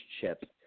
chip